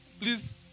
please